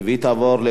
חוק ומשפט נתקבלה.